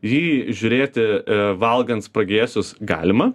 jį žiūrėti valgant spragėsius galima